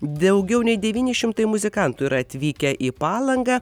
daugiau nei devyni šimtai muzikantų yra atvykę į palangą